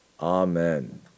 Amen